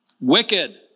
wicked